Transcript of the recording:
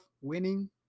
winning